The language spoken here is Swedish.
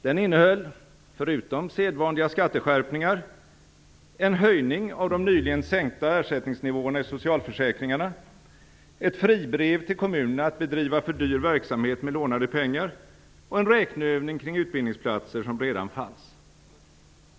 Den innehöll, förutom sedvanliga skatteskärpningar, en höjning av de nyligen sänkta ersättningsnivåerna i socialförsäkringarna, ett fribrev till kommunerna att bedriva för dyr verksamhet med lånade pengar och en räkneövning kring utbildningsplatser som redan fanns.